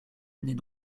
n’est